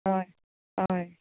हय हय